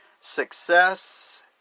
Success